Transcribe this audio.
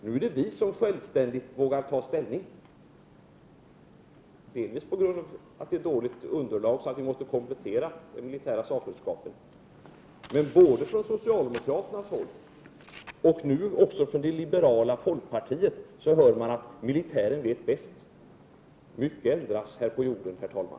Nu är vi moderater de som självständigt vågar ta ställning, delvis på grund av att det i 105 detta fall är fråga om ett dåligt underlag och vi därför måste komplettera den militära sakkunskapen. Men både socialdemokrater och nu även det liberala folkpartiet säger att militären vet bäst. Mycket ändras här på jorden, herr talman.